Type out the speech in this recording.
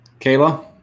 Kayla